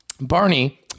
Barney